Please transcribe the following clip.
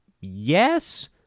yes